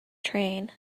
train